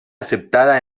aceptada